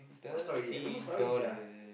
what story I got no story sia